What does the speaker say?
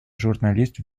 journaliste